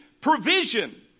provision